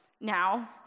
Now